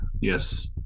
Yes